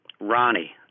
Ronnie